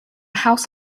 house